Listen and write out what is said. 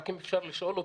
רק אם אפשר לשאול אותו?